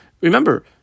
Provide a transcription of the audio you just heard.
Remember